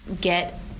get